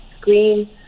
screen